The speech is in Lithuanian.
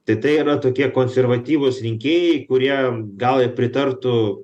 tai tai yra tokie konservatyvūs rinkėjai kurie gal ir pritartų